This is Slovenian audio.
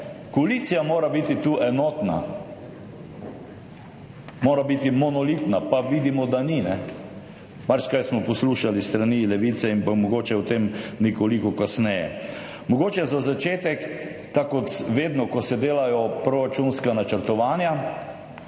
koalicija mora biti tu enotna, mora biti monolitna, pa vidimo, da ni. Marsikaj smo poslušali s strani levice, mogoče o tem nekoliko kasneje. Mogoče za začetek. Tako kot vedno, ko se delajo proračunska načrtovanja,